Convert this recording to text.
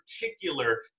particular